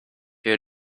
your